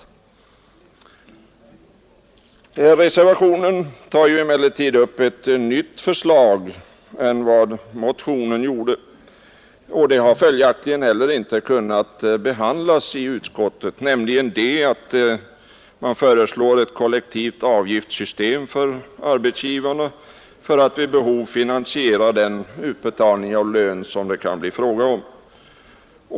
I reservationen tar herr Lorentzon upp ett annat förslag än det som framfördes i motionen från hans parti. Det har följaktligen inte kunnat behandlas i utskottet. Herr Lorentzon föreslår ett kollektivt avgiftssystem för arbetsgivarna, varmed man vid behov skulle finansiera den utbetalning av lön som det kan bli fråga om.